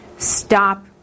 stop